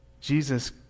Jesus